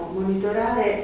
monitorare